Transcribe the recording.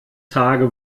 tage